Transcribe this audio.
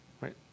right